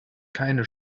keine